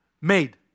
Made